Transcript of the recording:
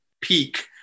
peak